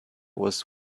was